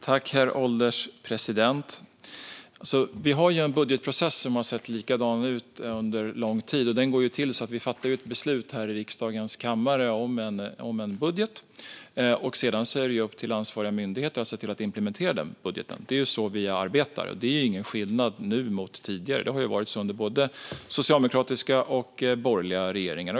Herr ålderspresident! Vi har en budgetprocess som har sett likadan ut under lång tid. Den går till så att vi fattar ett beslut om en budget här i riksdagens kammare, och sedan är det upp till ansvariga myndigheter att se till att implementera den. Det är så vi arbetar, och det är ingen skillnad nu jämfört med tidigare. Det har varit så under både socialdemokratiska och borgerliga regeringar.